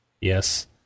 Yes